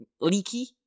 leaky